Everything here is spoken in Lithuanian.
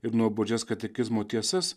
ir nuobodžias katekizmo tiesas